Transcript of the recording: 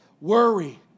Worry